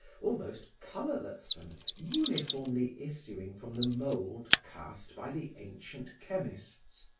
almost colorless and uniformly issuing from the mold cast by the ancient chemists.